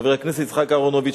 חבר הכנסת יצחק אהרונוביץ,